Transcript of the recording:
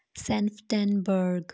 ਸੈਨ ਫਰੈਂਨਸਬਰਗ